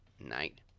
night